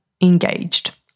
engaged